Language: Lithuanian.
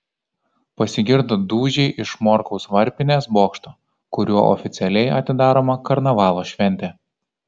pasigirdo dūžiai iš morkaus varpinės bokšto kuriuo oficialiai atidaroma karnavalo šventė